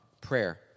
prayer